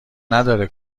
نداره